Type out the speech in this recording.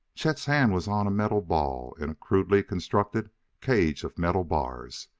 chet's hand was on a metal ball in a crudely constructed cage of metal bars.